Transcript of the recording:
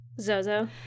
Zozo